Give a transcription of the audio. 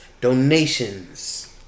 donations